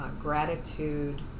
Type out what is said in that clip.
gratitude